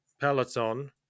peloton